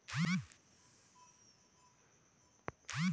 माझ्या गावात फणसाची खूप मोठी झाडं आहेत, फणसाची भाजी बनवून खाल्ली जाते